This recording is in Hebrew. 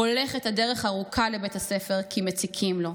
הולך את הדרך הארוכה לבית הספר כי מציקים לו.